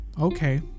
okay